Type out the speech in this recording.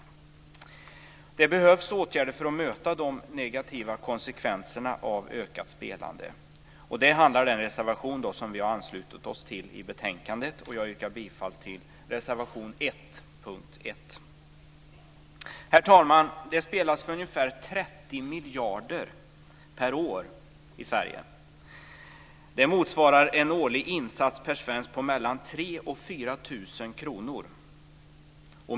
Det behövs åtgärder för att möta de negativa konsekvenserna av ökat spelande. Det handlar den reservation om som vi har anslutit oss till i betänkandet. Jag yrkar bifall till reservation 1 under punkt 1. Herr talman! Det spelas för ungefär 30 miljarder kronor per år i Sverige. Det motsvarar en årlig insats per svensk på mellan 3 000 och 4 000 kr.